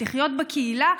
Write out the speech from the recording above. לחיות בקהילה,